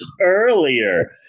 earlier